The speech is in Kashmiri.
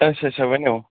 اچھا اچھا ؤنِو